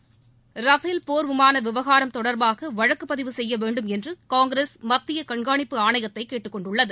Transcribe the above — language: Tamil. இதனிடையே ரஃபேல் போர் விமான விவகாரம் தொடர்பாக வழக்கு பதிவு செய்ய வேண்டுமென்று காங்கிரஸ் மத்திய கண்காணிப்பு ஆணைத்தை கேட்டுக் கொண்டுள்ளது